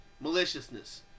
maliciousness